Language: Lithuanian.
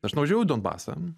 aš nuvažiavau į donbasą